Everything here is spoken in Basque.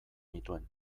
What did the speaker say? nituen